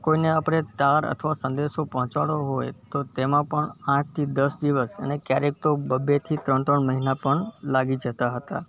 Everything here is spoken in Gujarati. કોઈને આપણે તાર અથવા સંદેશો પહોંચાડવો હોય તો તેમાં પણ આઠથી દસ દિવસ અને ક્યારેક તો બે બેથી ત્રણ ત્રણ મહિના પણ લાગી જતા હતા